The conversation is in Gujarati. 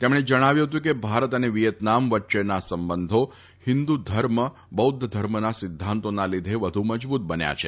તેમણે જણાવ્યું હતું કે ભારત અને વિયેતનામ વચ્ચેના સંબંધો હિંદુ ધર્મ બૌધ્ધ ધર્મના સિદ્ધાંતોના લીધે વધુ મજબૂત બન્યા છે